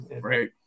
Right